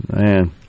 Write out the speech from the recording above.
man